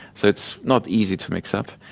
so it's not easy to mix up,